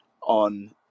on